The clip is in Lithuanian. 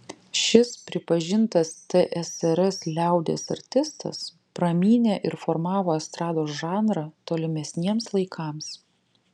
šis pripažintas tsrs liaudies artistas pramynė ir formavo estrados žanrą tolimesniems laikams